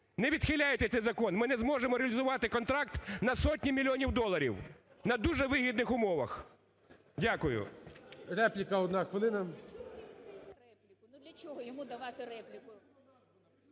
Не відхиляйте цей закон, ми не зможемо реалізувати контракт на сотні мільйонів доларів на дуже вигідних умовах. Дякую.